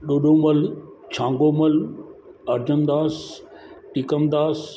Dodumal Chhambomal Arjundas Tikamdas